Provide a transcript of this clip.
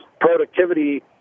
productivity